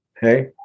hey